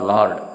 Lord